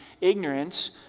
ignorance